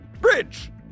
Bridge